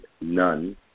none